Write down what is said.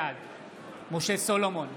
בעד משה סולומון,